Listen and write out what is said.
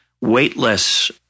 weightless